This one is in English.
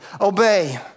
obey